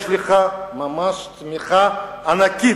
יש לך ממש תמיכה ענקית.